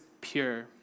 pure